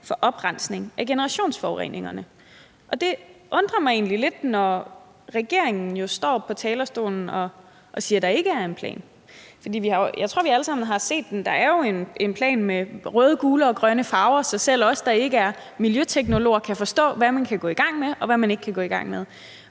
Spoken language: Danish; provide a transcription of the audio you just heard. for oprensningen af generationsforureninger.« Det undrer mig egentlig lidt, når man fra regeringens side står på talerstolen og siger, at der ikke er en plan, for jeg tror, at vi alle sammen har set den. Der er jo en plan med røde, gule og grønne farver, så selv os, der ikke er miljøteknologer, kan forstå, hvad man kan gå i gang med, og hvad man ikke kan gå i gang med.